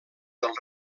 del